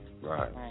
Right